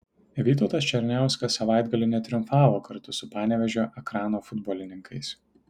vytautas černiauskas savaitgalį netriumfavo kartu su panevėžio ekrano futbolininkais